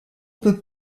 peut